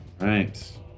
Right